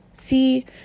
See